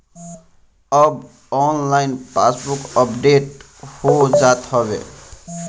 अब online passbook update हो जात हवे